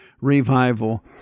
revival